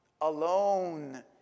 alone